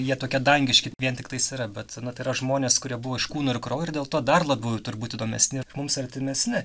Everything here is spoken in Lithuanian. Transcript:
jie tokie dangiški vien tiktais yra bet na tai yra žmonės kurie buvo iš kūno ir kraujo ir dėl to dar labiau turbūt įdomesni mums artimesni